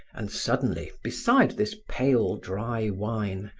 and suddenly, beside this pale, dry wine,